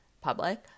public